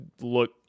look